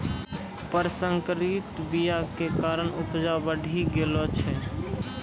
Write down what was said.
प्रसंकरित बीया के कारण उपजा बढ़ि गेलो छै